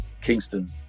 Kingston